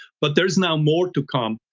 but there's now more to come.